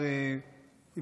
אם